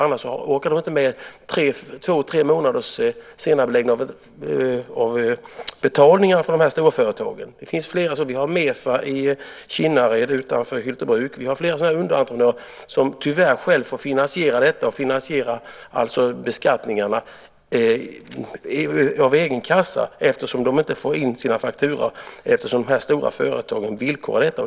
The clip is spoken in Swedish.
Annars orkar de inte med två tre månades senareläggning av betalningar av de stora företagen. Det finns flera sådana entreprenörer i Kinnared utanför Hyltebruk. Vi har flera underentreprenörer som tyvärr själva får finansiera skatten av egen kassa eftersom de inte får fakturor betalda av de stora företagen som villkorar detta.